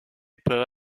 peuvent